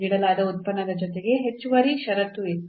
ನೀಡಲಾದ ಉತ್ಪನ್ನದ ಜೊತೆಗೆ ಹೆಚ್ಚುವರಿ ಷರತ್ತು ಇತ್ತು